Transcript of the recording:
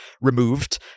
removed